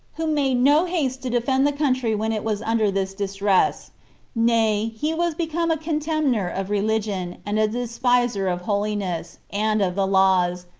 who made no haste to defend the country when it was under this distress nay, he was become a contemner of religion, and a despiser of holiness, and of the laws,